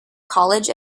college